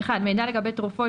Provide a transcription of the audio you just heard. מידע לגבי תרופות,